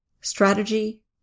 strategy